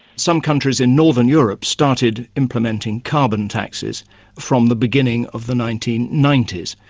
some countries in northern europe started implementing carbon taxes from the beginning of the nineteen ninety s.